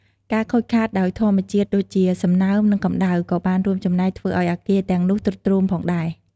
ការខូចខាតដោយធម្មជាតិដូចជា សំណើម និងកម្ដៅ ក៏បានរួមចំណែកធ្វើឱ្យអគារទាំងនោះទ្រុឌទ្រោមផងដែរ។